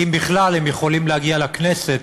אם בכלל הם יכולים להגיע לכנסת,